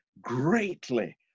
greatly